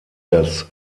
das